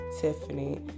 Tiffany